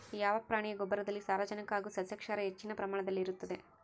ಯಾವ ಪ್ರಾಣಿಯ ಗೊಬ್ಬರದಲ್ಲಿ ಸಾರಜನಕ ಹಾಗೂ ಸಸ್ಯಕ್ಷಾರ ಹೆಚ್ಚಿನ ಪ್ರಮಾಣದಲ್ಲಿರುತ್ತದೆ?